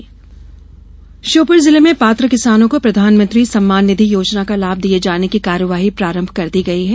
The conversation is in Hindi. सम्मान निधि योजना श्योपुर जिले में पात्र किसानों को प्रधानमंत्री सम्मान निधि योजना का लाभ दिये जाने की कार्यवाही प्रारम्भ कर दी गई है